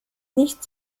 nicht